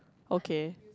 okay